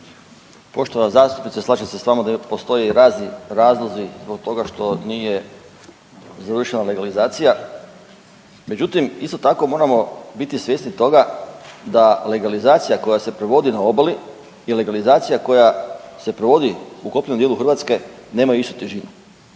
Poštovana zastupnice. Slažem se s vama da postoje razni razlozi zbog toga što nije završena legalizacija. Međutim, isto tako moramo biti svjesni toga da legalizacija koja se provodi na obali i legalizacija koja se provodi u kopnenom dijelu Hrvatske nemaju istu težinu.